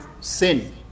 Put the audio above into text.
sin